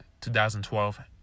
2012